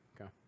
okay